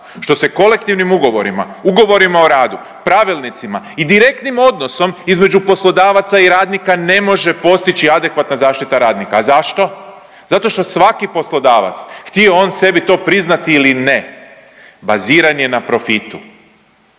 što se kolektivnim ugovorima, ugovorima o radu, pravilnicima i direktnim odnosom između poslodavaca i radnika ne može postići adekvatna zaštita radnika. A zašto? Zato što svaki poslodavac htio on sebi to priznati ili ne baziran je na profitu.